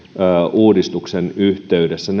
uudistuksen yhteydessä